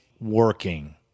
working